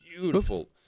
beautiful